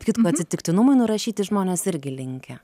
kitko atsitiktinumui nurašyti žmonės irgi linkę